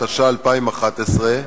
התשע"א 2011,